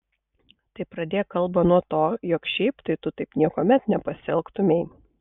tai pradėk kalbą nuo to jog šiaip tai tu taip niekuomet nepasielgtumei